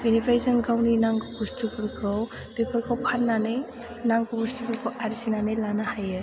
बेनिफ्राय जों गावनि नांगौ बुस्तुफोरखौ बेफोरखौ फाननानै नांगौ बुस्तुफोरखौ आर्जिनानै लानो हायो